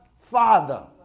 Father